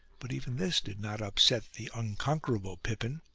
but even this did not upset the unconquerable pippin.